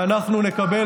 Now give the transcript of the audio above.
ואנחנו נקבל